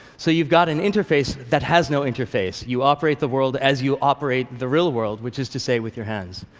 so you've got an interface that has no interface. you operate the world as you operate the real world, which is to say, with your hands.